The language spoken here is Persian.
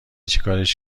چیکارش